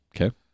Okay